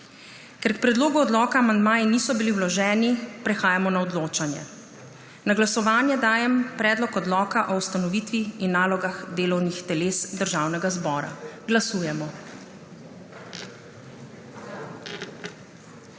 Ker k predlogu odloka amandmaji niso bili vloženi, prehajamo na odločanje. Na glasovanje dajem predlog odloka o ustanovitvi in nalogah delovnih teles Državnega zbora. Glasujemo.